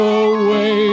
away